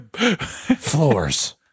Floors